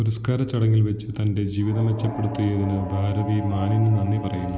പുരസ്കാരച്ചടങ്ങിൽവെച്ച് തന്റെ ജീവിതം മെച്ചപ്പെടുത്തിയതിന് ഭാരതി മാനിന് നന്ദി പറയുന്നു